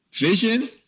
vision